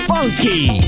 Funky